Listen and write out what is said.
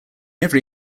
every